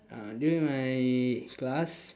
uh during my class